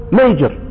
major